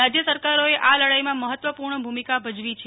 રાજ્ય સરકારોએ આ લડાઈમાં મહત્વપૂર્ણ ભૂમિકા ભજવી છે